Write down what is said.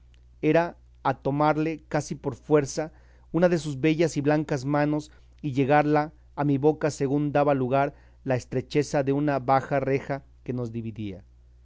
era a tomarle casi por fuerza una de sus bellas y blancas manos y llegarla a mi boca según daba lugar la estrecheza de una baja reja que nos dividía